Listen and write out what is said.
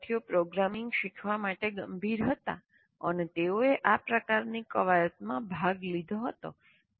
થોડા વિદ્યાર્થીઓ પ્રોગ્રામિંગ શીખવા માટે ગંભીર હતા અને તેઓએ આ પ્રકારની કવાયતમાં ભાગ લીધો હતો